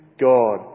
God